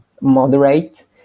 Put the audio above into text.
moderate